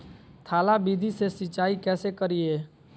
थाला विधि से सिंचाई कैसे करीये?